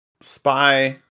Spy